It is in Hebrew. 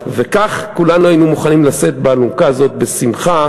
וכך כולנו היינו מוכנים לשאת את האלונקה הזאת בשמחה,